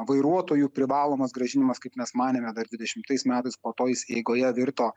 vairuotojų privalomas grąžinimas kaip mes manėme dar dvidešimtais metais po to jis eigoje virto